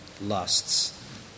lusts